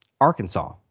Arkansas